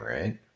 right